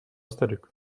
старик